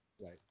Right